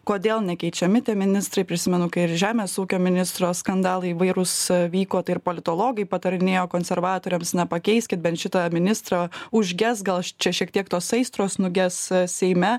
kodėl nekeičiami tie ministrai prisimenu kai ir žemės ūkio ministro skandalai įvairūs vyko tai ir politologai patarinėjo konservatoriams na pakeiskit bent šitą ministrą užges galš čia šiek tiek tos aistros nuges seime